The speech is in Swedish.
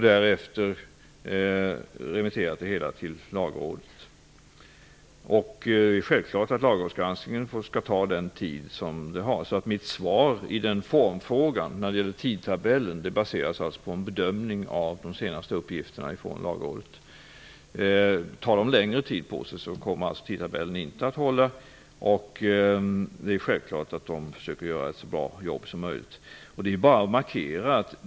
Därefter har vi remitterat det hela till Lagrådet. Det är självklart att lagrådsgranskningen skall ta den tid den tar. Mitt svar i formfrågan om tidtabellen baseras alltså på en bedömning av de senaste uppgifterna från Lagrådet. Om de tar längre tid på sig kommer tidtabellen inte att hålla. Det är självklart att de försöker att göra ett så bra jobb som möjligt.